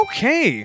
Okay